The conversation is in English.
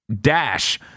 dash